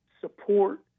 support